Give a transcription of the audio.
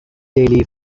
daily